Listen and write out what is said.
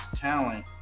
talent